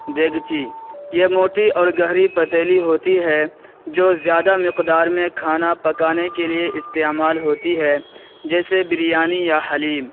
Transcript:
دیگچی یہ موٹی اور گہری پتیلی ہوتی ہے جو زیادہ مقدار میں کھانا پکانے کے لیے استعمال ہوتی ہے جیسے بریانی یا حلیم